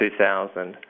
2000